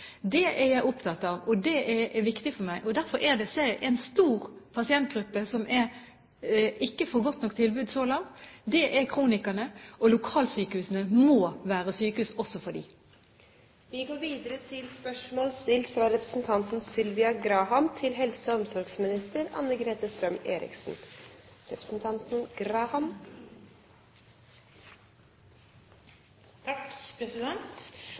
Det er jeg opptatt av, og det er viktig for meg. Det er en stor pasientgruppe som ikke får et godt nok tilbud så langt, og det er kronikerne. Lokalsykehusene må være lokalsykehus også for dem. Mitt spørsmål til helse- og omsorgsministeren er slik: «Vestre Viken helseforetak og